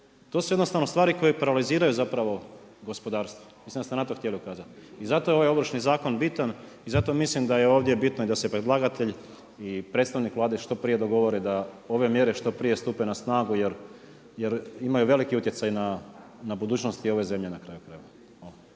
To su jednostavno stvari koje paraliziraju zapravo gospodarstvo. Mislim da ste na to htjeli ukazati. I zato je ovaj Ovršni zakon bitan i zato mislim da je ovdje bitno da se i predlagatelj i predstavnik Vlade što prije dogovore da ove mjere što prije stupe na snagu, jer imaju veliki utjecaj na budućnost i ove zemlje na kraju krajeva.